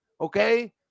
okay